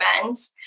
events